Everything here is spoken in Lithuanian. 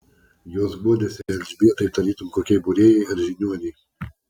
jos guodėsi elžbietai tarytum kokiai būrėjai ar žiniuonei